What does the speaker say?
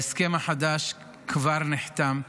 ההסכם החדש כבר נחתם,